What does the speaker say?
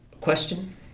Question